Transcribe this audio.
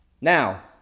Now